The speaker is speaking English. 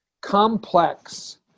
complex